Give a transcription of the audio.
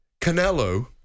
Canelo